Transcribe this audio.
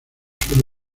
suele